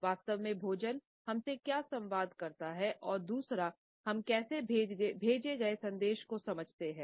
वास्तव में भोजन हमसे क्या संवाद करता है और दूसरा हम कैसे भेजे गए संदेश को समझते हैं